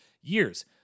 years